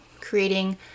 creating